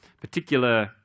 particular